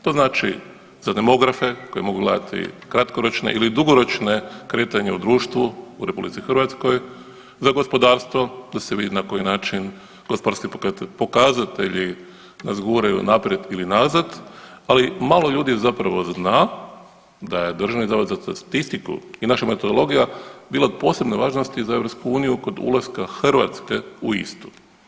To znači za demografe koji mogu gledati kratkoročne ili dugoročne kretanje u društvu u RH, za gospodarstvo da se vidi na koji način gospodarski pokazatelji nas guraju naprijed ili nazad, ali malo ljudi zapravo zna da je Državni zavod za statistiku i naša metodologija bila od posebne važnosti za EU kod ulaska Hrvatske u istu.